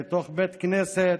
בתוך בית כנסת.